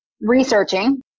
researching